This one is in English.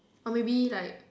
or maybe like